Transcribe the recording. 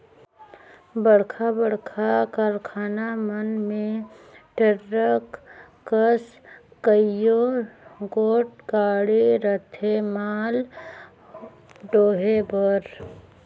बड़खा बड़खा कारखाना मन में टरक कस कइयो गोट गाड़ी रहथें माल डोहे बर